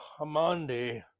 Amande